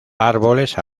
árboles